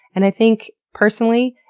and i think personally,